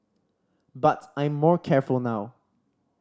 but I'm more careful now